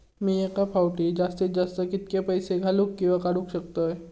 मी एका फाउटी जास्तीत जास्त कितके पैसे घालूक किवा काडूक शकतय?